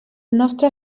nostre